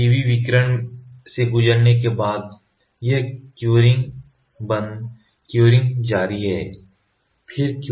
फिर UV विकिरण से गुजरने के बाद यह curing बंद curing जारी है